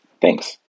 thanks